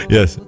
Yes